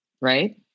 right